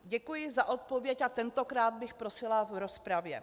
Děkuji za odpověď a tentokrát bych prosila v rozpravě.